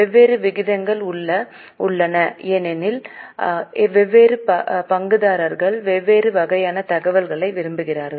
வெவ்வேறு விகிதங்கள் உள்ளன ஏனெனில் வெவ்வேறு பங்குதாரர்கள் வெவ்வேறு வகையான தகவல்களை விரும்புகிறார்கள்